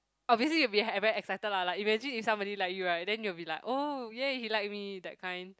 obviously you will be ever excited lah like imagine if somebody like you right then you'll be like oh !yay! he like me that kind